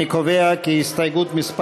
אני קובע כי הסתייגות מס'